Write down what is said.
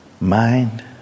mind